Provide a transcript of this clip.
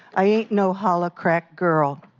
i ain't no hollow crack girl.